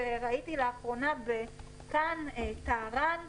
שראיתי לאחרונה בכאן "טהרן",